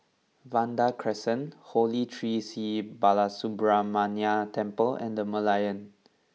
Vanda Crescent Holy Tree Sri Balasubramaniar Temple and The Merlion